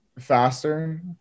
faster